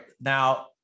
Now